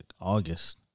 August